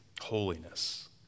holiness